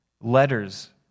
letters